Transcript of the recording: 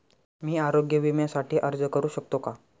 मी आरोग्य विम्यासाठी अर्ज करू शकतो का?